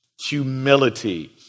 humility